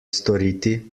storiti